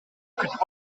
күтүп